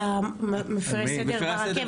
על מפירי הסדר ברכבת הקלה?